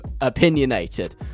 opinionated